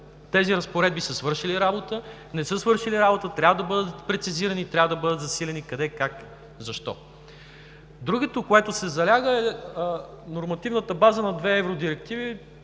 тези разпоредби са свършили работа, не са свършили работа, трябва да бъдат прецизирани, трябва да бъдат засилени, къде, как, защо. Другото, на което се заляга, е нормативната база на две евродирективи,